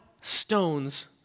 stones